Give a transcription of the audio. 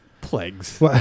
Plagues